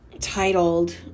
titled